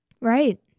Right